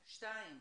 שתיים,